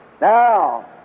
Now